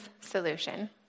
solution